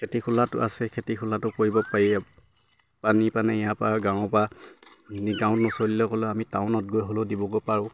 খেতি খোলাটো আছে খেতি খোলাটো কৰিব পাৰি পানী পানী ইয়াৰ পৰা গাঁৱৰ পৰা গাঁৱত ক'লে আমি টাউনত গৈ হ'লেও দিব পাৰোঁ